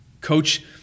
Coach